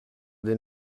des